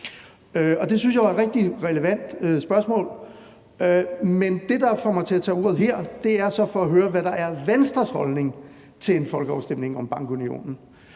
det synes jeg var et rigtig relevant spørgsmål. Men det får mig så til at tage ordet her for at høre, hvad der er Venstres holdning til en folkeafstemning om bankunionen.